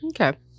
Okay